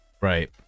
right